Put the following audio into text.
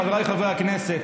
חבריי חברי הכנסת,